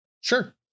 Sure